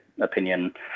opinion